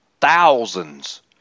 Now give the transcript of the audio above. thousands